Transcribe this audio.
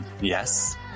yes